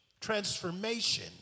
transformation